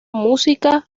música